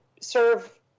serve